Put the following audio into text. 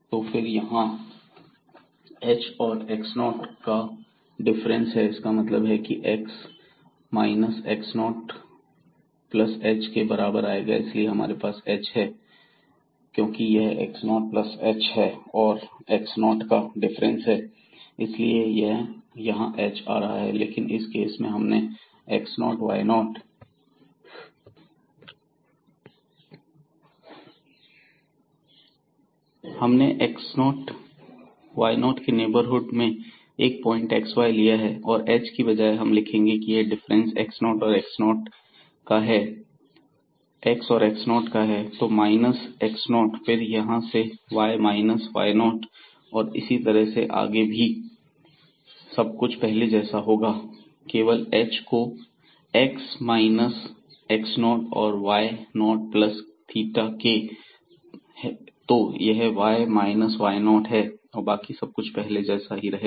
तो फिर यहां h x और x 0 का डिफरेंस है इसका मतलब यह है कि x माइनस x0 h के बराबर आएगा इसीलिए हमारे पास यहां h है क्योंकि यह x0 प्लस h और x0 का डिफरेंस है इसलिए यहां h आ रहा है लेकिन इस केस में हमने x0 y0 के नेबरहुड में 1 पॉइंट xy लिया है और h की बजाए हम लिखेंगे कि यह डिफरेंस है x और x0 का तो x माइनस x0 यहां फिर से y माइनस y0 और इसी तरह आगे भी आगे का सभी कुछ पहले जैसा होगा केवल h को x माइनस x0 और y 0 प्लस थीटा k तो यह y माइनस y 0 है और बाकी सब कुछ पहले जैसा ही रहेगा